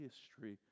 history